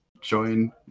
join